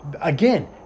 again